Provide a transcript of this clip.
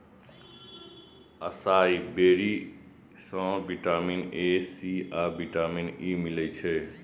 असाई बेरी सं vitamin A, C आ विटामिन ई मिलै छै